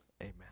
Amen